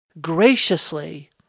graciously